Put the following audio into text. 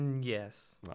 Yes